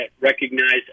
recognized